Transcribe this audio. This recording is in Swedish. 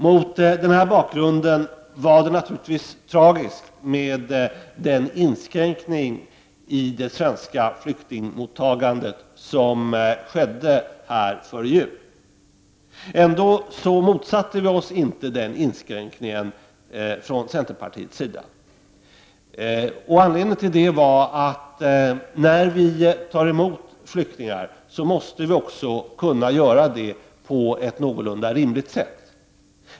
Mot denna bakgrund var det naturligtvis tragiskt med den inskränkning i det svenska flyktingmottagandet som det fattades beslut om här i riksdagen före jul. Ändå motsatte vi i centern oss inte denna inskränkning. Anledningen till det var att centern anser att när vi i Sverige tar emot flyktingar måste vi också kunna göra det på ett någorlunda rimligt sätt.